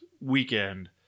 weekend